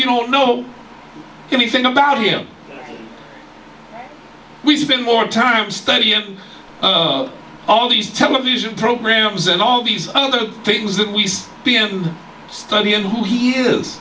you don't know anything about him we spend more time studying all these television programs and all these other things that we've been studying who he is